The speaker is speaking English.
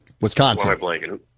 Wisconsin